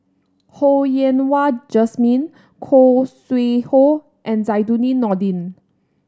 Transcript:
Ho Yen Wah Jesmine Khoo Sui Hoe and Zainudin Nordin